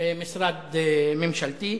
משרד ממשלתי.